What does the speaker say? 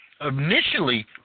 initially